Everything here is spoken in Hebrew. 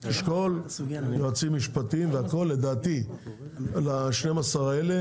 תשקול, יועצים משפטיים והכל, לדעתי, ל-12 האלה